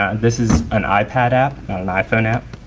and this is an ipad app not an iphone app.